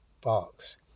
box